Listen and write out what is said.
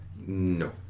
No